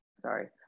Sorry